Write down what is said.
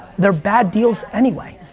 they're bad deals anyway.